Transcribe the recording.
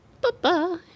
Bye-bye